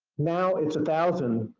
now it's a thousand,